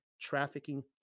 trafficking